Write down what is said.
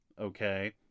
okay